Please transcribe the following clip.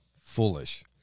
Foolish